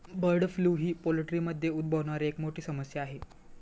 bird flu ही पोल्ट्रीमध्ये उद्भवणारी एक मोठी समस्या आहे